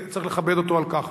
וצריך לכבד אותו על כך.